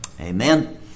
Amen